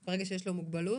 אם יש לו מוגבלות,